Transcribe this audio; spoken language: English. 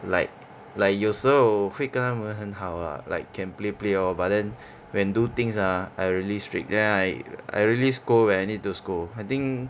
like like 有时候会跟他们很好啊 like can play play lor but then when do things ah I really strict then I I really scold when I need to scold I think